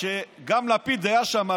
כשגם לפיד היה שם,